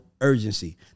urgency